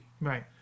Right